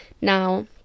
Now